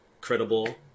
credible